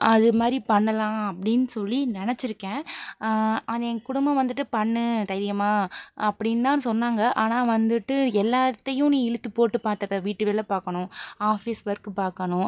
அது மாதிரி பண்ணலாம் அப்படின்னு சொல்லி நினச்சிருக்கேன் ஆனால் என் குடும்பம் வந்துட்டு பண்ணு தைரியமாக அப்படின்னுதான் சொன்னாங்க ஆனால் வந்துட்டு எல்லாத்தையும் நீ இழுத்து போட்டு பார்த்துப்ப வீட்டு வேலை பார்க்கணும் ஆஃபீஸ் ஒர்க்கும் பார்க்கணும்